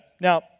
Now